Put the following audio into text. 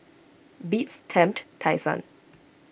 Beats Tempt Tai Sun